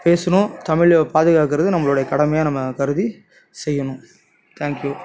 பேசணும் தமிழை பாதுகாக்கிறது நம்மளுடைய கடமையாக நம்ம கருதி செய்யணும் தேங்க் யூ